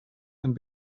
and